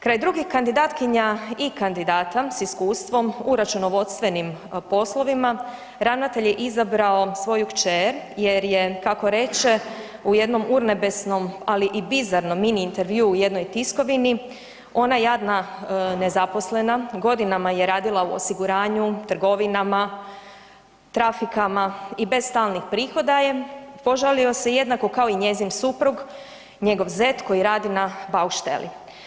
Kraj drugih kandidatkinja i kandidata s iskustvom u računovodstvenim poslovima, ravnatelj je izabrao svoju kćer je je kako reče u jednom urnebesnom ali i bizarnom mini intervjuu u jednoj tiskovini, ona jadna nezaposlena, godinama je radila u osiguranju, trgovinama, trafikama i bez stalnih prihoda je, požalio se jednako kao i njezin suprug, njegov zet koji radi na baušteli.